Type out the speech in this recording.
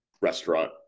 Restaurant